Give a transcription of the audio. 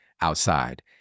outside